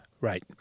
Right